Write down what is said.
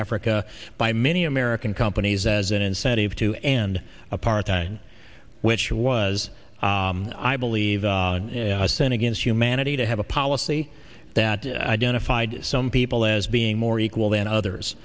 africa by many american companies as an incentive to end apartheid which was i believe the senate against humanity to have a policy that identified some people as being more equal than others